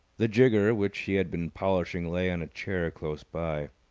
the jigger which he had been polishing lay on a chair close by.